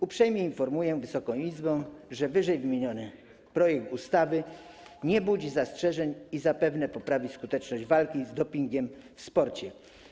Uprzejmie informuję Wysoką Izbę, że wyżej wymieniony projekt ustawy nie budzi zastrzeżeń i zapewne poprawi skuteczność walki z dopingiem w sporcie.